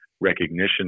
recognition